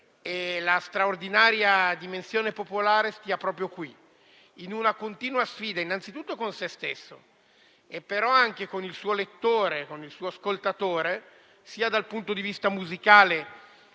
la straordinaria dimensione popolare stia proprio qui, in una continua sfida innanzitutto con sé stesso, ma anche con il suo lettore, con il suo ascoltatore, dal punto di vista sia musicale